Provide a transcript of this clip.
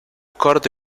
corto